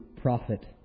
prophet